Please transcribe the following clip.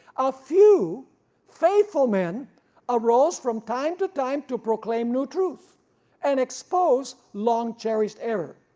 a few faithful men arose from time to time to proclaim new truth and expose long-cherished error,